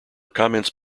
comments